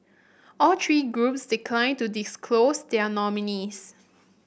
all three groups declined to disclose their nominees